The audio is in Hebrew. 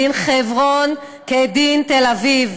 דין חברון כדין תל-אביב.